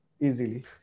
easily